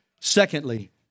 Secondly